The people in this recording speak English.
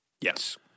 Yes